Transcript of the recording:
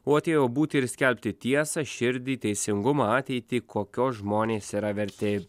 o atėjo būti ir skelbti tiesą širdį teisingumą ateitį kokios žmonės yra verti